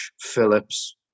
Phillips